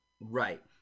right